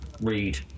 Read